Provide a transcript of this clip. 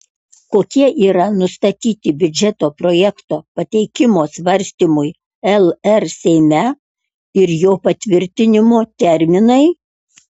kokie yra nustatyti biudžeto projekto pateikimo svarstymui lr seime ir jo patvirtinimo terminai